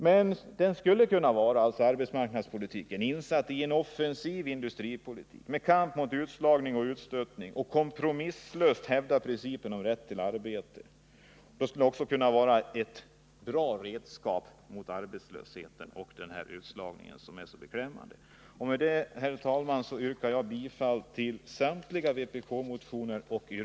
Men arbetsmarknadspolitiken skulle kunna vara insatt i en offensiv industripolitik, med kamp mot utslagning och utstötning, och den skulle kompromisslöst kunna hävda principen om rätt till arbete. Den skulle också kunna vara ett bra redskap mot arbetslösheten och utslagningen, som är så beklämmande. Med detta, herr talman, yrkar jag bifall till samtliga vpk-motioner.